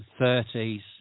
30s